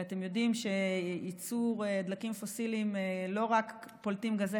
ואתם יודעים שייצור דלקים פוסיליים לא רק פולט גזי